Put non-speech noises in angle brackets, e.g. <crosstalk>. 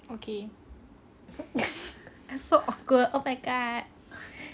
okay <laughs> it's so awkward oh my god